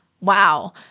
wow